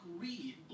read